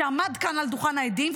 שעמד כאן על דוכן העדים,